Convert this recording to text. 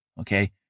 Okay